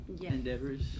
endeavors